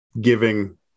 giving